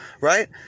Right